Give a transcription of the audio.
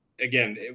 Again